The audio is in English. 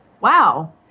Wow